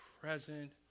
present